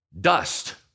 dust